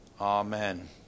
Amen